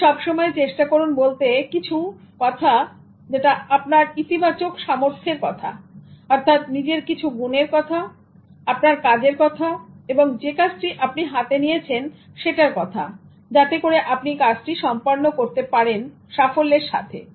আপনি সব সময় চেষ্টা করুন বলতে কিছু আপনার ইতিবাচক সামর্থ্যের কথাঅর্থাৎ নিজের কিছু গুনের কথা আপনার কাজের কথা এবং যে কাজটি আপনি হাতে নিয়েছেন সেটার কথা যাতে করে আপনি কাজটি সম্পন্ন করতে পারবেন সাফল্যের সাথে